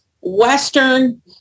Western